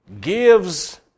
gives